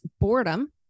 boredom